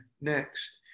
next